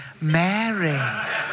Mary